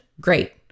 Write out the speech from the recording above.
great